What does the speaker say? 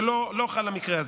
זה לא חל במקרה הזה.